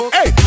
Hey